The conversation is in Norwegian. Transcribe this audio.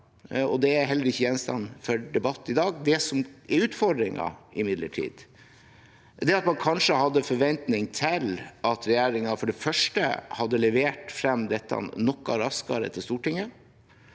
det er heller ikke gjenstand for debatt i dag. Det som imidlertid er utfordringen, er at man kanskje hadde forventning til at regjeringen for det første hadde levert frem dette noe raskere til Stortinget,